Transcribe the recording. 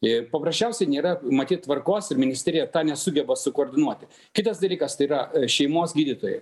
ir paprasčiausiai nėra matyt tvarkos ir ministerija tą nesugeba sukoordinuoti kitas dalykas tai yra šeimos gydytojai